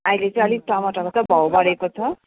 अहिले चाहिँ अलिक टमाटरको भाउ बढेको छ